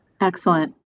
Excellent